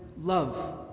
Love